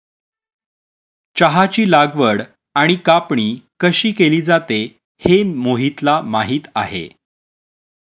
चहाची लागवड आणि कापणी कशी केली जाते हे मोहितला माहित आहे